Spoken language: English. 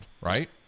right